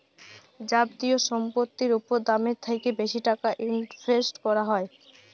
যাবতীয় সম্পত্তির উপর দামের থ্যাকে বেশি টাকা ইনভেস্ট ক্যরা হ্যয়